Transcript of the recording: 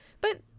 But-